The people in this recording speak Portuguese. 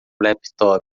laptop